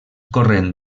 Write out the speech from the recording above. corrent